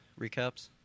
recaps